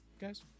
guys